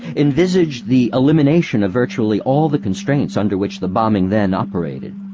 envisaged the elimination of virtually all the constraints under which the bombing then operated.